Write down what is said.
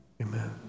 Amen